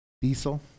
diesel